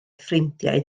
ffrindiau